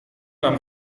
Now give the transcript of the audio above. beim